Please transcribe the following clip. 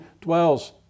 dwells